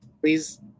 please